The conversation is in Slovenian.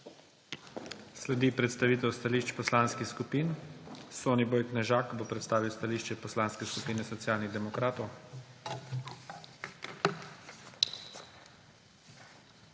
Sledi predstavitev stališč poslanskih skupin. Soniboj Knežak bo predstavil stališče Poslanske skupine Socialnih demokratov.